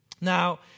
now